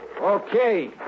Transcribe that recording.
Okay